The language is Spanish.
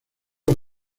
los